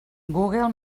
google